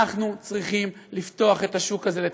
אנחנו צריכים לפתוח את השוק הזה לתחרות.